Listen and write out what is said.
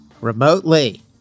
remotely